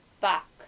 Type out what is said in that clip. back